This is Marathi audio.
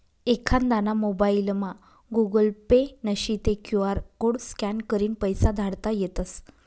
एखांदाना मोबाइलमा गुगल पे नशी ते क्यु आर कोड स्कॅन करीन पैसा धाडता येतस